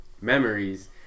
memories